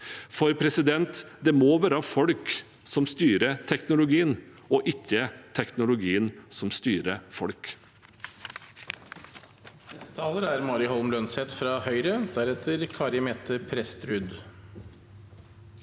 for det må være folk som styrer teknologien, ikke teknologien som styrer folk.